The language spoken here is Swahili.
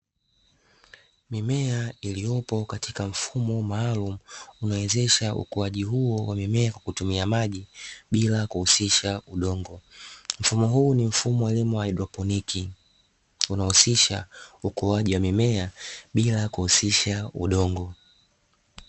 Mimea iliyopo katika mfumo maalumu unawezesha ukuwaji huo wa mimea kwa kutumia maji bila kuhusisha udongo. Mfumo huu ni mfumo wa elimu wa hydroponiki unaohusisha ukuaji wa mimea bila kuhusisha udongo.